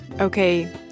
Okay